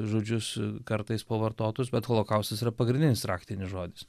žodžius kartais pavartotus bet holokaustas yra pagrindinis raktinis žodis